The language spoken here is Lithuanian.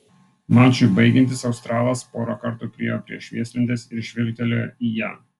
mačui baigiantis australas porą kartų priėjo prie švieslentės ir žvilgtelėjo į ją